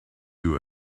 you